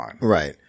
right